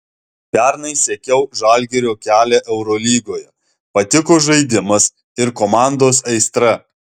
pernai sekiau žalgirio kelią eurolygoje patiko žaidimas ir komandos aistra